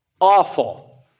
awful